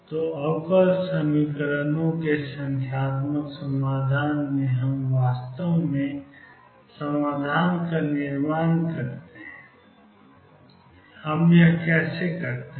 तो अवकल समीकरणों के संख्यात्मक समाधान में हम वास्तव में समाधान का निर्माण करते हैं हम यह कैसे करते हैं